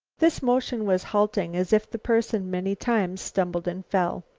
this motion was halting, as if the person, many times, stumbled and fell.